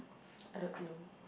I don't know